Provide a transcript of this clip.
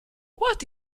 what